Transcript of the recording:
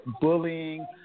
bullying